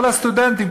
כל הסטודנטים,